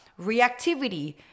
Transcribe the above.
reactivity